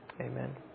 Amen